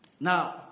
Now